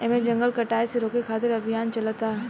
एमे जंगल कटाये से रोके खातिर अभियान चलता